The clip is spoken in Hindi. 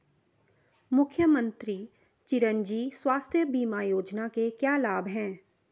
मुख्यमंत्री चिरंजी स्वास्थ्य बीमा योजना के क्या लाभ हैं?